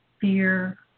fear